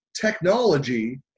technology